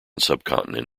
subcontinent